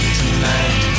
tonight